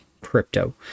crypto